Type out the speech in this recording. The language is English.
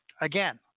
again